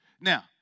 Now